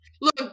Look